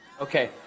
Okay